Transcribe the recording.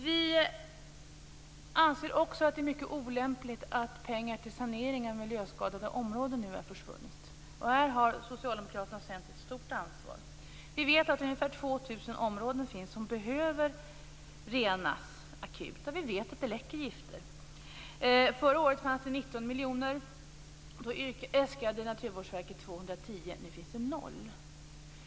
Vi anser också att det är mycket olämpligt att pengar till sanering av miljöskadade områden nu har försvunnit. Här har Socialdemokraterna och Centern ett stort ansvar. Vi vet att det finns ungefär 2 000 områden som behöver renas akut, där vi vet att det läcker gifter. Förra året fanns det 19 miljoner. Då äskade Naturvårdsverket 210. Nu finns det noll.